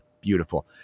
Beautiful